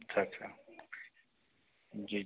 अच्छा अच्छा जी